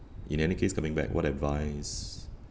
in any case coming back what advice